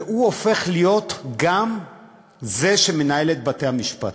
והוא הופך להיות גם זה שמנהל את בתי-המשפט.